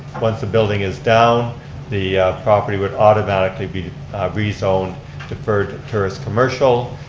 once the building is down the property would automatically be rezoned deferred tourist commercial.